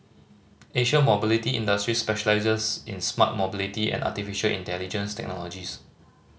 Asia Mobility Industries specialises in smart mobility and artificial intelligence technologies